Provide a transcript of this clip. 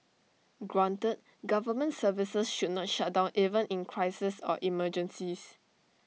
granted government services should not shut down even in crises or emergencies